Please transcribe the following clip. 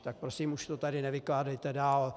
Tak prosím, už to tady nevykládejte dál.